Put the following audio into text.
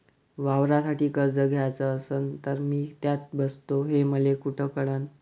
वावरासाठी कर्ज घ्याचं असन तर मी त्यात बसतो हे मले कुठ कळन?